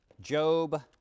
Job